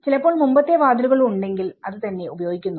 ചിലപ്പോൾ മുമ്പത്തെ വാതിലുകൾ ഉണ്ടെങ്കിൽ അത് തന്നെ ഉപയോഗിക്കുന്നു